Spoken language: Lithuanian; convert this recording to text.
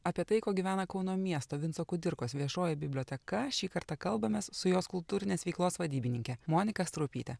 apie tai kuo gyvena kauno miesto vinco kudirkos viešoji biblioteka šį kartą kalbamės su jos kultūrinės veiklos vadybininke monika straupyte